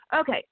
Okay